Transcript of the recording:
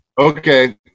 Okay